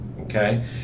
okay